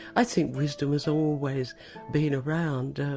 i think wisdom has always been around.